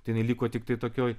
tai jinai liko tiktai tokioj